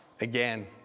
Again